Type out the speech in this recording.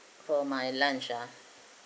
for my lunch ah